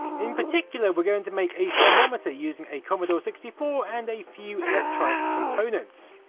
in particular we're going to make a thermometer using a commodore sixty four and a few electronic components.